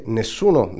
nessuno